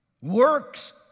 works